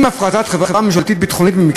עם הפרטת חברה ממשלתית ביטחונית,